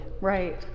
right